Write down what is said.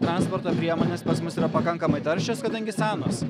transporto priemonės pas mus yra pakankamai taršios kadangi senos